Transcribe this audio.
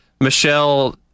Michelle